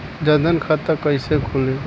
जनधन खाता कइसे खुली?